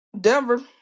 Denver